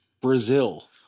Brazil